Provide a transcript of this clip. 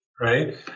right